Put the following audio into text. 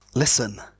listen